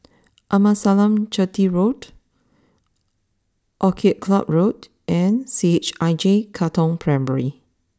Amasalam Chetty Road Orchid Club Road and C H I J Katong Primary